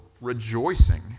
rejoicing